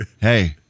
Hey